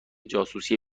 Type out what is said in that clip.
جاسوسی